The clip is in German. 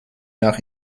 nach